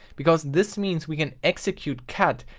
because this means we can execute cat.